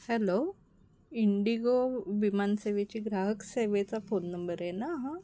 hello IndiGo विमानसेवेची ग्राहक सेवेचा फोन नंबर आहे ना हां